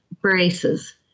braces